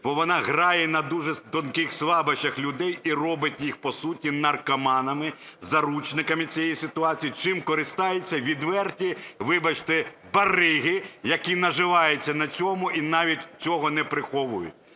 бо вона грає на дуже тонких слабощах людей і робить їх по суті наркоманами, заручниками цієї ситуації, чим користуються відверті, вибачте, бариги, які наживаються на цьому, і навіть цього не приховують.